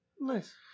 Nice